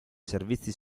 servizi